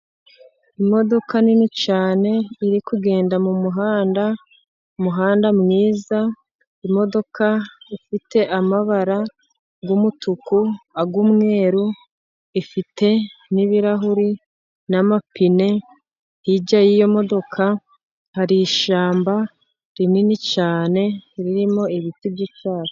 Imodoka nini cyane iri kugenda mu muhanda, umuhanda mwiza, imodoka ifite amabara y'umutuku, ay'umweru ifite n'ibirahuri n'amapine, hirya y'iyo modoka hari ishyamba rinini cyane ririmo ibiti by'icyatsi.